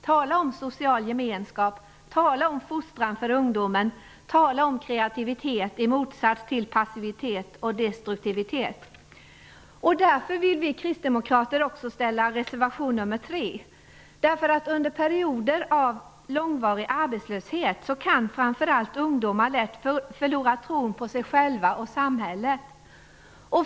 Tala om social gemenskap! Tala om fostran för ungdomen! Tala om kreativitet i motsats till passivitet och destruktivitet! Därför vill vi kristdemokrater också avge reservation nr 3. Under perioder av långvarig arbetslöshet kan framför allt ungdomar lätt förlora tron på sig själva och samhället.